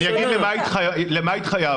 אני אגיד למה התחייבנו.